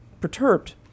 perturbed